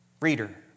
reader